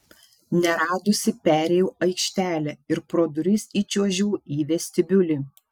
neradusi perėjau aikštelę ir pro duris įčiuožiau į vestibiulį